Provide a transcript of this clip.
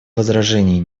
возражений